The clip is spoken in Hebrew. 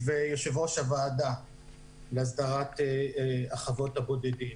אני יושב-ראש הוועדה להסדרת חוות הבודדים.